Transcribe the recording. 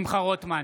נגד שמחה רוטמן,